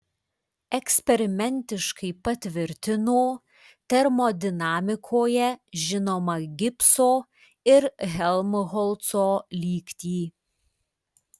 eksperimentiškai patvirtino termodinamikoje žinomą gibso ir helmholco lygtį